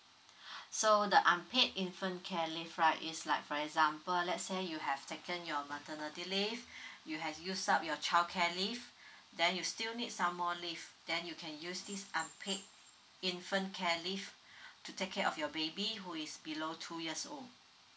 so the unpaid infant care leave right is like for example let's say you have taken your maternity leave you have used up your childcare leave then you still need some more leave then you can use this unpaid infant care leave to take care of your baby who is below two years old